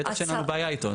אז בטח שאין לנו בעיה איתו.